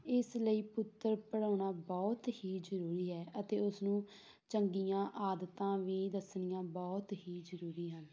ਇਸ ਲਈ ਪੁੱਤਰ ਪੜ੍ਹਾਉਣਾ ਬਹੁਤ ਹੀ ਜ਼ਰੂਰੀ ਹੈ ਅਤੇ ਉਸਨੂੰ ਚੰਗੀਆਂ ਆਦਤਾਂ ਵੀ ਦੱਸਣੀਆਂ ਬਹੁਤ ਹੀ ਜ਼ਰੂਰੀ ਹਨ